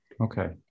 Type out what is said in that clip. Okay